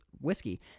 whiskey